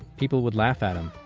people would laugh at him.